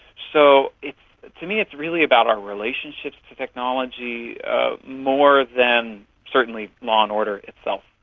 so to me it's really about our relationships to technology more than certainly law and order itself.